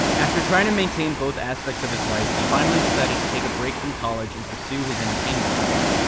after trying to maintain both aspects of his life, he finally decided to take a break from college and pursue his entertainment career.